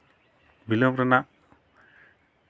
ᱵᱤᱞᱚᱢ ᱨᱮᱱᱟᱜ